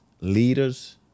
leaders